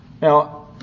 Now